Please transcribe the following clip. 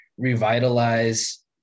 Revitalize